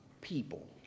people